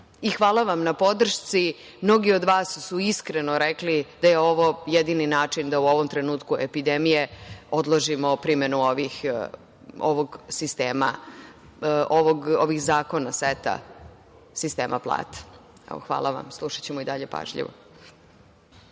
vam na podršci. Mnogi od vas su iskreno rekli da je ovo jedini način da u ovom trenutku epidemije odložimo primenu ovog zakona, seta, sistema plata. Hvala vam. Slušaćemo i dalje pažljivo.